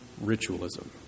ritualism